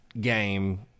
Game